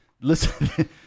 listen